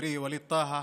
חברי ווליד טאהא,